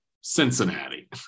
Cincinnati